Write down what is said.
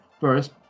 first